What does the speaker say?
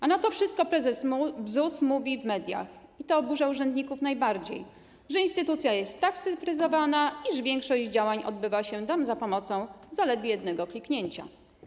A na to wszystko prezes ZUS odpowiada w mediach - i to oburza urzędników najbardziej - że instytucja jest tak scyfryzowana, iż większość działań przeprowadza się tam za pomocą zaledwie jednego kliknięcia.